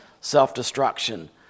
self-destruction